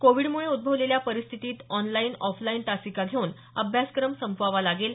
कोविडमुळे उद्भवलेल्या परिस्थितीत ऑनलाईन ऑफलाईन तासिका घेऊन अभ्यासक्रम संपवावा लागेल